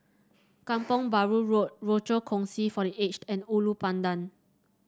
Kampong Bahru Road Rochor Kongsi for The Aged and Ulu Pandan